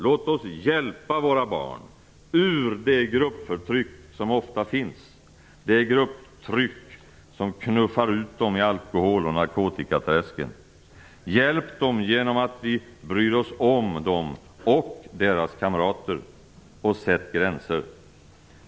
Låt oss hjälpa våra barn ur det gruppförtryck som ofta finns, det grupptryck som knuffar ut dem i alkohol och narkotikaträsken - hjälpa dem genom att vi bryr oss om dem och deras kamrater. Och sätt gränser!